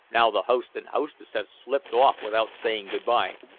now the host and hostess have slipped off without saying good-bye.